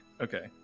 Okay